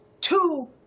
two